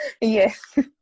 Yes